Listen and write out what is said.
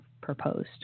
proposed